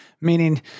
meaning